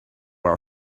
are